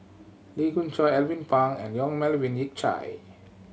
Lee Khoon Choy Alvin Pang and Yong Melvin Yik Chye